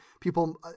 people –